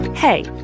Hey